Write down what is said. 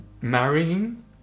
marrying